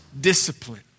discipline